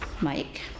Mike